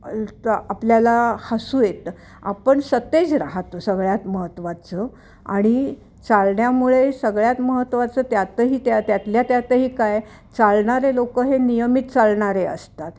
अल त आपल्याला हसू येतं आपण सतेज राहतो सगळ्यात महत्त्वाचं आणि चालण्यामुळे सगळ्यात महत्त्वाचं त्यातही त्या त्यातल्या त्यातही काय चालणारे लोकं हे नियमित चालणारे असतात